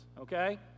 okay